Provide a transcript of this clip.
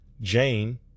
Jane